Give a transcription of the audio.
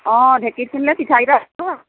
অঁ ঢেঁকিত খুন্দিলে পিঠাকিটা